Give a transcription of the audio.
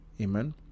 amen